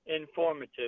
informative